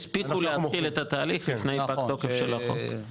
שהספיקו להתחיל את התהליך, לפני פג תוקף של החוק.